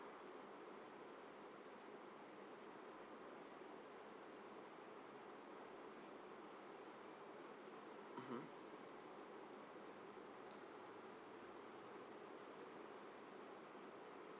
mmhmm